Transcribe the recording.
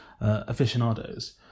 aficionados